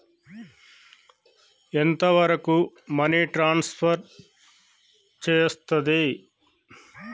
ఎంత వరకు money transfer చేయస్తది?